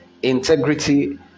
Integrity